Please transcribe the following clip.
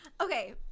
Okay